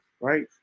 right